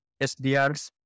SDRs